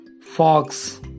Fox